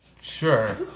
Sure